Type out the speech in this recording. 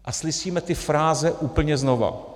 A slyšíme ty fráze úplně znova.